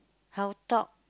health talk